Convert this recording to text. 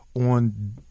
on